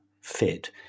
fit